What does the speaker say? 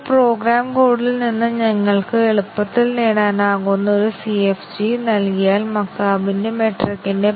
ഒന്നിലധികം ജോഡികൾ സ്വതന്ത്ര മൂല്യനിർണ്ണയം നേടുന്നതായി ഞങ്ങൾ കണ്ടെത്തും